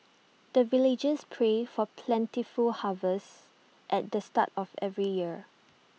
the villagers pray for plentiful harvest at the start of every year